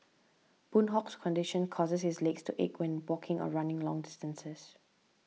Boon Hock's condition causes his legs to ache when walking or running long distances